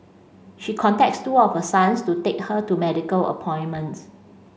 she contacts two of her sons to take her to medical appointments